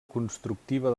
constructiva